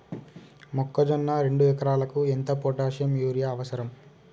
మొక్కజొన్న రెండు ఎకరాలకు ఎంత పొటాషియం యూరియా అవసరం?